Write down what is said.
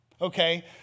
okay